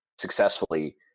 successfully